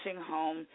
home